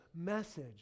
message